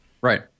Right